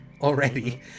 already